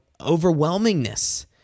overwhelmingness